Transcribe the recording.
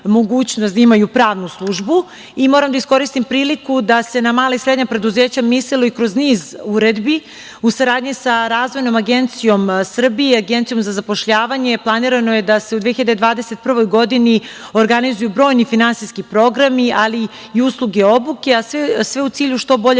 da imaju pravnu službu i moram da iskoristim priliku da se na mala i srednja preduzeća mislilo i kroz niz uredbi u saradnji sa Razvojnom agencijom Srbije, Agencijom za zapošljavanje. Planirano je da se u 2021. godini organizuju brojni finansijski programi, ali i usluge obuke, a sve u cilju što bolje